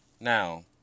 Now